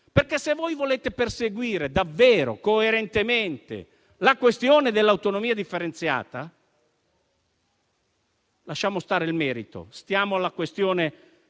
Se volete perseguire davvero e coerentemente la questione dell'autonomia differenziata (lasciamo stare il merito e stiamo alla questione